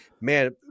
man